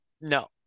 No